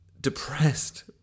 depressed